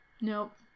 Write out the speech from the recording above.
Nope